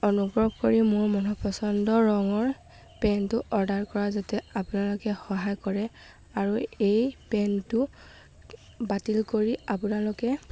অনুগ্ৰহ কৰি মোৰ মনোপচন্দ ৰঙৰ পেণ্টটো অৰ্ডাৰ কৰা যাতে আপোনালোকে সহায় কৰে আৰু এই পেণ্টটো বাতিল কৰি আপোনালোকে